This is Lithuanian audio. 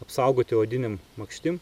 apsaugoti odinėm makštim